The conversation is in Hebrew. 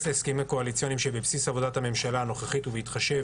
להסכמים הקואליציוניים שבבסיס עבודת הממשלה הנוכחית ובהתחשב